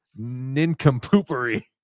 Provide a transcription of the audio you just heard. nincompoopery